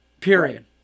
Period